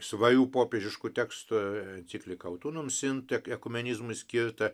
svarių popiežiškų tekstų encikliką autunum sinta ekumenizmui skirtą